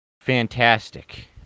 fantastic